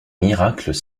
miracles